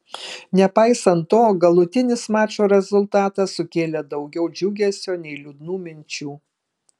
nepaisant to galutinis mačo rezultatas sukėlė daugiau džiugesio nei liūdnų minčių